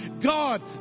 God